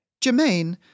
Jermaine